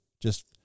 Just-